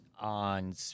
on